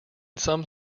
some